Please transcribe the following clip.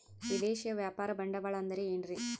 ವಿದೇಶಿಯ ವ್ಯಾಪಾರ ಬಂಡವಾಳ ಅಂದರೆ ಏನ್ರಿ?